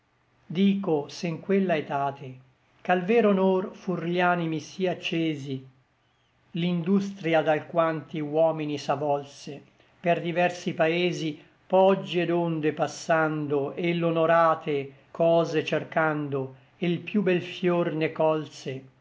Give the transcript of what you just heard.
dico se n quella etate ch'al vero honor fur gli animi sí accesi l'industria d'alquanti huomini s'avolse per diversi paesi poggi et onde passando et l'onorate cose cercando e l più bel fior ne colse